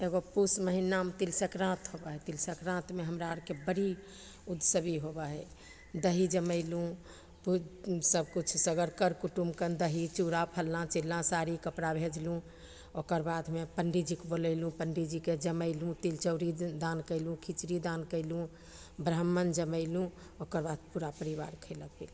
एगो पूस महिनामे तिल सँकराइत होबै हइ तिल सँकराइतमे हमरा आरके बड़ी उत्सवी होबै हइ दही जमेलहुँ पू सबकिछु सगर कर कुटुम कन दही चूड़ा फल्लाँ चिल्लाँ साड़ी कपड़ा भेजलहुँ ओकर बादमे पण्डीजीके बोलैलहुँ पण्डीजीके जमैलहुँ तिल चाउरी दान कएलहुँ खिचड़ी दान कएलहुँ ब्राह्मण जमैलहुँ ओकर बाद पूरा परिवार खएलक पिलक